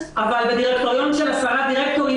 אבל בדירקטוריון של 10 דירקטורים,